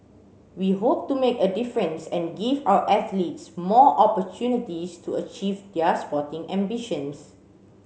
we hope to make a difference and give our athletes more opportunities to achieve their sporting ambitions